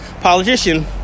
politician